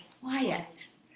quiet